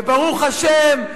וברוך השם,